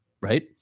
right